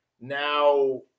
now